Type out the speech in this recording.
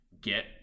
get